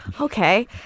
Okay